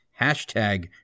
Hashtag